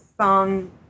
song